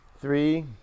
three